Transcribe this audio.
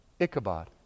Ichabod